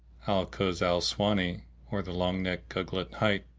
al-kuz al-aswani, or the long necked gugglet hight,